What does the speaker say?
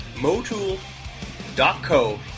Motul.co